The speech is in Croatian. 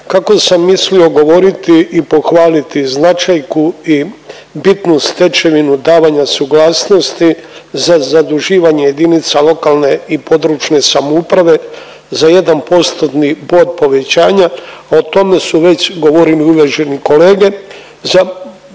Kako sam mislio govoriti i pohvaliti značajku i bitnu stečevinu davanja suglasnosti za zaduživanje jedinica lokalne i područne samouprave za jedan postotni bod povećanja, a o tome su već govorili uvaženi kolege